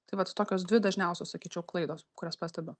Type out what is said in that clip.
tai vat tokios dvi dažniausios sakyčiau klaidos kurias pastebiu